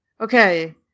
okay